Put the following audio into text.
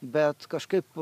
bet kažkaip